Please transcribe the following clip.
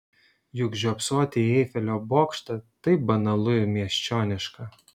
juk žiopsoti į eifelio bokštą taip banalu ir miesčioniška